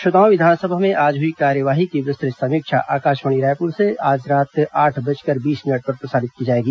श्रोताओं विधानसभा में आज हुई कार्यवाही की विस्तृत समीक्षा आकाशवाणी रायपुर से आज रात आठ बजकर बीस मिनट पर प्रसारित की जाएगी